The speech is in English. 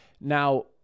Now